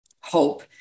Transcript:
hope